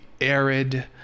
arid